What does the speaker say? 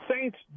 Saints